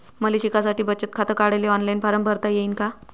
मले शिकासाठी बचत खात काढाले ऑनलाईन फारम भरता येईन का?